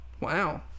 Wow